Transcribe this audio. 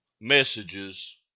messages